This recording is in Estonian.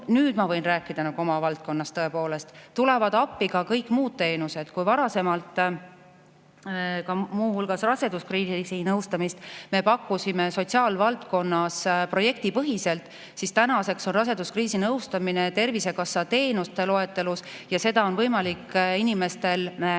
nüüd ma võin rääkida oma valdkonnast –, tõepoolest tulevad appi ka kõik muud teenused. Kui me varasemalt muu hulgas raseduskriisinõustamist pakkusime sotsiaalvaldkonnas projektipõhiselt, siis tänaseks on raseduskriisinõustamine Tervisekassa teenuste loetelus ja seda on võimalik inimestel